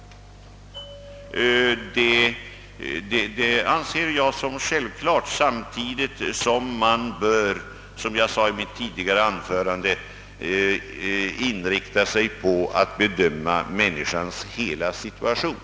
Det anser jag som självklart samtidigt som man bör, som jag sade i mitt tidigare anförande, inrikta sig på att bedöma människans hela situation.